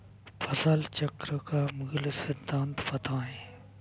फसल चक्र का मूल सिद्धांत बताएँ?